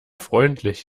freundlich